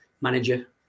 manager